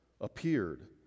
appeared